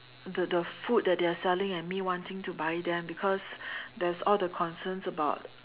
the the food that they are selling and me wanting to buy them because there is all the concerns about